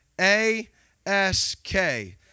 A-S-K